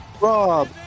Rob